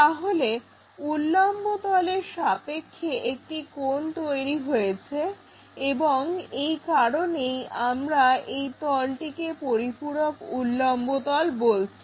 তাহলে উল্লম্ব তলের সাপেক্ষে একটি কোণ তৈরি হয়েছে এবং এই কারণেই আমরা এই তলটিকে পরিপূরক উল্লম্ব তল বলছি